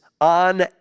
on